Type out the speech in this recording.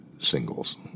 singles